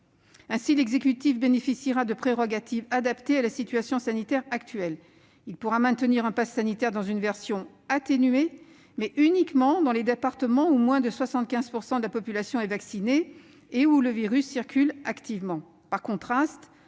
Ainsi, l'exécutif bénéficiera de prérogatives adaptées à la situation sanitaire actuelle. Il pourra maintenir le passe sanitaire dans une version atténuée, mais uniquement dans les départements où moins de 75 % de la population est vaccinée et où le virus circule activement. Par contraste,